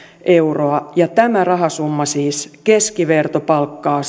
euroa tämä rahasumma siis keskivertopalkkaa